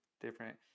different